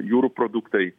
jūrų produktai